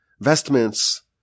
vestments